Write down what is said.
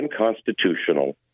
unconstitutional